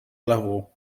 level